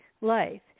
life